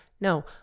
no